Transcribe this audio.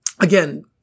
Again